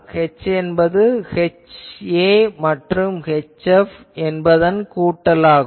H என்பது HA மற்றும் HF என்பதன் கூட்டலாகும்